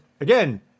again